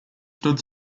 stood